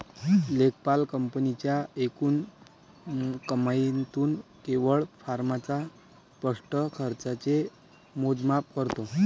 लेखापाल कंपनीच्या एकूण कमाईतून केवळ फर्मच्या स्पष्ट खर्चाचे मोजमाप करतो